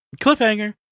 cliffhanger